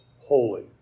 holy